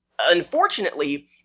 unfortunately